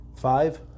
Five